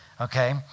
okay